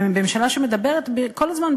בממשלה שמדברת כל הזמן,